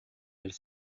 elle